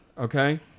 Okay